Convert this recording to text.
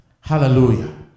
Hallelujah